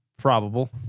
Probable